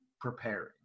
preparing